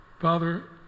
Father